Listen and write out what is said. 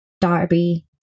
Derby